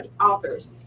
authors